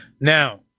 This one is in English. Now